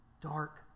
dark